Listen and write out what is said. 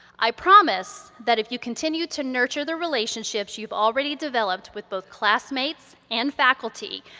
i promise that if you continue to nurture the relationships you've already developed with both classmates and faculty,